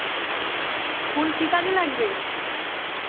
ফুল কী কাজে লাগবে